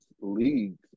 leagues